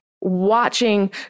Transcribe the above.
watching